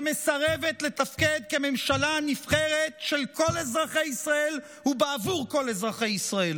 שמסרבת לתפקד כממשלה הנבחרת של כל אזרחי ישראל ובעבור כל אזרחי ישראל,